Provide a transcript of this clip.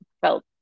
felt